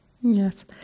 Yes